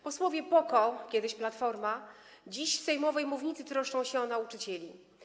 Posłowie PO-KO, kiedyś Platformy, dziś z sejmowej mównicy troszczą się o nauczycieli.